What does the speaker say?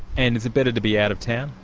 and is it better to be out of town,